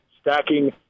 stacking